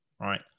right